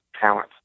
talent